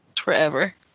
forever